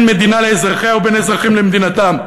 המדינה לאזרחיה ובין אזרחים למדינתם.